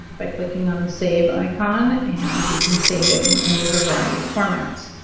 by clicking on the save icon, and you can save it in any of a variety of formats.